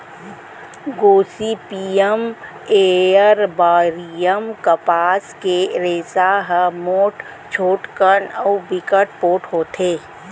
Gossypium arboreum कपसा के रेसा ह मोठ, छोटकन अउ बिकट पोठ होथे